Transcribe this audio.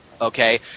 okay